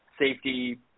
safety